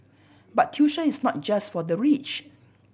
but tuition is not just for the rich